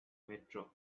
metro